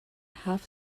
half